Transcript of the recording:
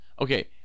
Okay